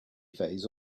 phase